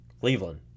Cleveland